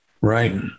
Right